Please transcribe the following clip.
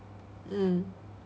mm